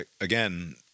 Again